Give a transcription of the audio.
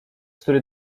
który